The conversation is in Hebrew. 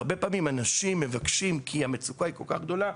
הרבה פעמים אנשים מבקשים כי המצוקה כל כך גדולה,